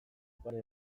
pare